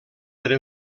per